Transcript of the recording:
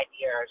years